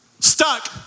Stuck